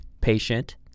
patient